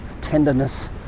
tenderness